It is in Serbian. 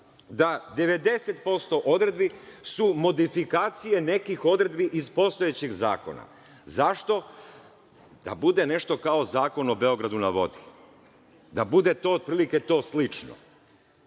da 90% odredbi su modifikacije nekih odredbi iz postojećeg zakona. Zašto? Da bude nešto kao zakon o Beogradu na vodi, da bude otprilike to slično.